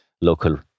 local